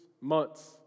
months